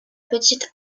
petite